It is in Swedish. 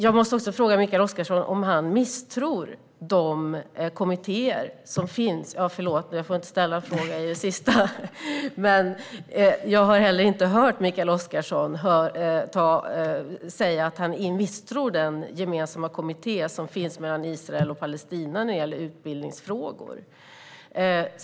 Jag får inte ställa någon fråga i mitt slutanförande, men jag har inte hört Mikael Oscarsson säga att han misstror den gemensamma kommitté som finns mellan Israel och Palestina när det gäller utbildningsfrågor.